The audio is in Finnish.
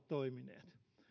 toiminut